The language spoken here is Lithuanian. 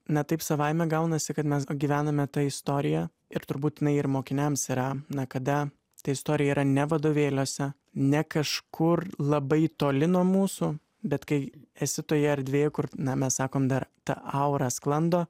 na taip savaime gaunasi kad mes ga gyvename tą istoriją ir turbūt jinai ir mokiniams yra na kada ta istorija yra ne vadovėliuose ne kažkur labai toli nuo mūsų bet kai esi toje erdvėje kur na mes sakom dar ta aura sklando